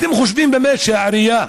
אתם חושבים באמת שהעירייה